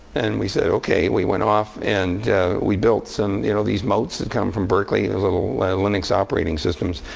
and we said, ok. we went off, and we built some you know these motes that come from berkeley, the ah little linux operating systems.